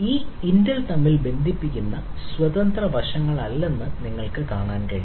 ഈ ഇന്റൽ തമ്മിൽ ബന്ധിപ്പിക്കുന്ന സ്വതന്ത്ര വശങ്ങളല്ലെന്ന് നിങ്ങൾക്ക് കാണാൻ കഴിയും